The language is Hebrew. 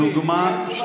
----- -היגיון.